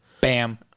Bam